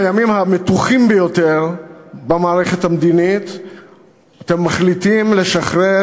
בימים המתוחים ביותר במערכת המדינית אתם מחליטים לשחרר